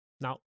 Now